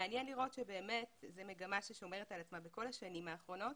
מעניין לראות שבאמת זו מגמה ששומרת על עצמה בכל השנים האחרונות,